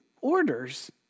orders